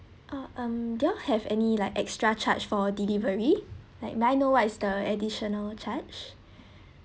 uh um do you all have any like extra charge for delivery like may I know what is the additional charge